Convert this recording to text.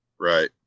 Right